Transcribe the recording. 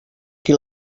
qui